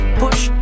push